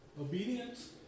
Obedience